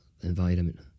environment